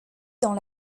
dans